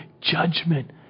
judgment